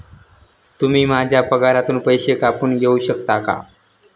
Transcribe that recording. तुम्ही माझ्या पगारातून पैसे कापून घेऊ शकता का?